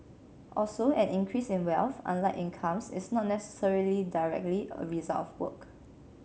also an increase in wealth unlike incomes is not necessarily directly a result of work